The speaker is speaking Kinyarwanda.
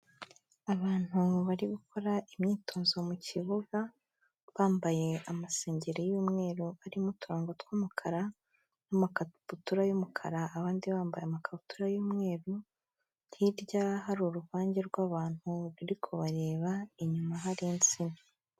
Abantu bari gukora imyitozo mu kibuga bambaye amasengeri y'umweru arimo uturongogo tw'umukara n'amakabutura y'umukara abandi bambaye amakabutura y'umweru, hirya hari uruvange rw'abantu ruri kubareba inyuma hari insina.